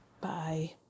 Bye